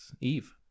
Eve